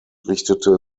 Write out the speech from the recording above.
richtete